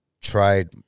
tried